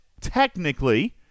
technically